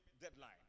deadline